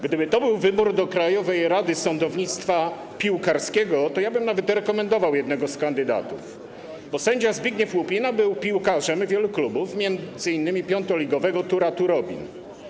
Gdyby to był wybór do krajowej rady sądownictwa piłkarskiego, to ja bym nawet rekomendował jednego z kandydatów, bo sędzia Zbigniew Łupina był piłkarzem wielu klubów, m.in. piątoligowego Tura Turobin.